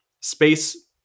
space